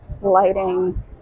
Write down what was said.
lighting